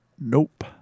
Nope